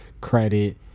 credit